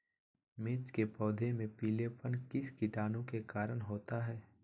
मिर्च के पौधे में पिलेपन किस कीटाणु के कारण होता है?